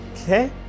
okay